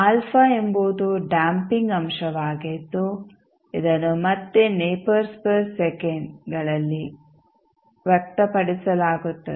α ಎಂಬುದು ಡ್ಯಾಂಪಿಂಗ್ ಅಂಶವಾಗಿದ್ದು ಇದನ್ನು ಮತ್ತೆ ನೆಪರ್ಸ್ ಪರ್ ಸೆಕಂಡ್ಗಳಲ್ಲಿ ವ್ಯಕ್ತಪಡಿಸಲಾಗುತ್ತದೆ